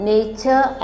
nature